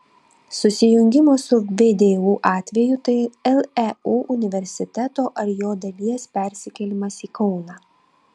susijungimo su vdu atveju tai leu universiteto ar jo dalies persikėlimas į kauną